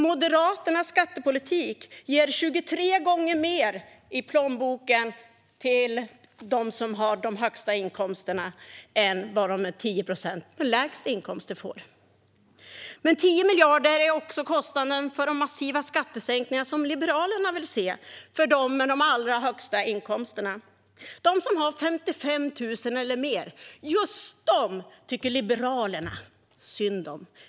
Moderaternas skattepolitik ger 23 gånger mer i plånboken till dem som har de högsta inkomsterna än vad de 10 procent med lägst inkomster får. 10 miljarder är också kostnaden för de massiva skattesänkningar som Liberalerna vill se för dem med de allra högsta inkomsterna, de som har 55 000 eller mer. Just dem tycker Liberalerna synd om.